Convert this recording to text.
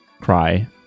cry